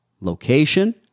location